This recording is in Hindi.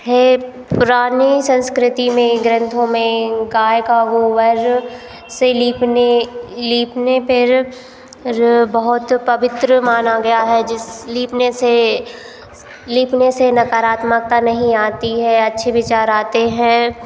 हैं पुराने संस्कृतियों में ग्रंथों में गाय का गोबर से लीपने लीपने पर बहुत पवित्र माना गया है जिस लीपने से लीपने से नकारात्मक नहीं आती है अच्छे विचार आते हैं